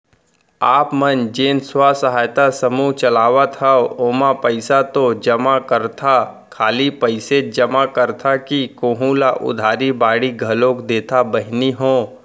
आप मन जेन स्व सहायता समूह चलात हंव ओमा पइसा तो जमा करथा खाली पइसेच जमा करथा कि कोहूँ ल उधारी बाड़ी घलोक देथा बहिनी हो?